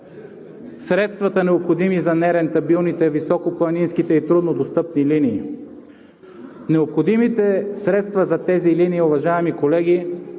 средствата, необходими за нерентабилните, високопланинските и труднодостъпни линии. Необходимите средства за тези линии, уважаеми колеги,